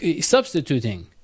substituting